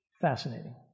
fascinating